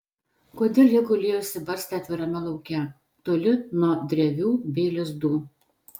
kodėl jie gulėjo išsibarstę atvirame lauke toli nuo drevių bei lizdų